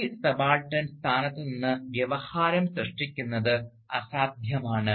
ഈ സബാൾട്ടൻ സ്ഥാനത്ത് നിന്ന് വ്യവഹാരം സൃഷ്ടിക്കുന്നത് അസാധ്യമാണ്